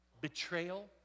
betrayal